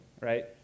right